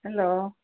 hello